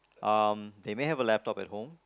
um they may have a laptop at home